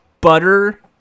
butter